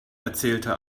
erzählte